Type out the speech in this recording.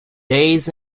days